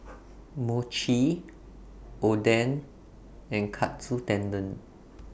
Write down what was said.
Mochi Oden and Katsu Tendon